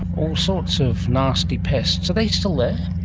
all sorts of nasty pests. are they still there?